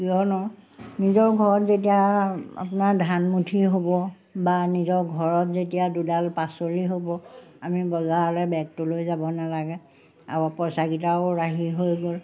কিয়নো নিজৰ ঘৰত যেতিয়া আপোনাৰ ধানমুঠি হ'ব বা নিজৰ ঘৰত যেতিয়া দুডাল পাচলি হ'ব আমি বজাৰলৈ বেগটোলৈ যাব নালাগে আৰু পইচাকেইটাও ৰাহি হৈ গ'ল